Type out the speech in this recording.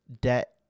debt